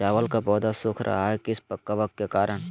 चावल का पौधा सुख रहा है किस कबक के करण?